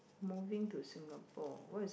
moving to Singapore what is